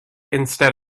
instead